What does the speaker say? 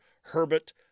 Herbert